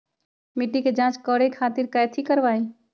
मिट्टी के जाँच करे खातिर कैथी करवाई?